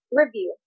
review